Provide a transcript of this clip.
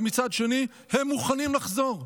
ומצד שני הם מוכנים לחזור.